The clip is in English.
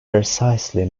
precisely